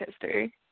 history